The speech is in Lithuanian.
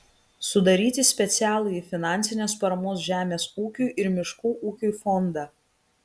sudaryti specialųjį finansinės paramos žemės ūkiui ir miškų ūkiui fondą